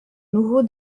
nouveau